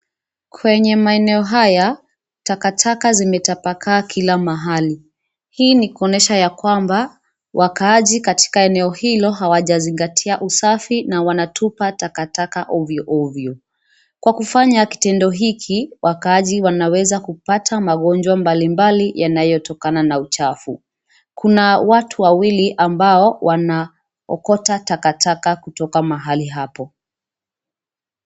Kwenye maeneo haya takataka zimetapakaa kila mahali, hii ni kuonyesha ya kwamba wakaaji katika eneo hilo hawajazingatia usafi na wanatupa takataka ovyo ovyo. Kwa kufanya kitendo hiki wakaaji wanaweza pata magonjwa mbalimbali yanayotokana na uchafu. Kuna watu wawili ambao wanaokota takataka kutoka mahali hapo.